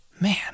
Man